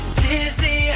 dizzy